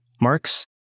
marks